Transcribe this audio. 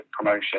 promotion